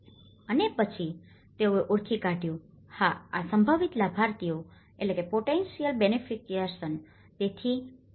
અને પછી તેઓએ ઓળખી કાઢયું હા આ સંભવિત લાભાર્થીઓ છે